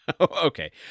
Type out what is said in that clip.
Okay